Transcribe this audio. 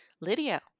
Lydia